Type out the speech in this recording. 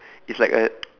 it's like a